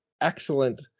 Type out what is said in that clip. excellent –